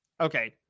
Okay